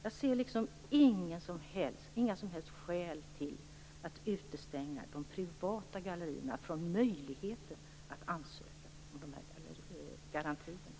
Jag ser inga som helst skäl till att utestänga de privata gallerierna från möjligheten att ansöka om de här garantierna.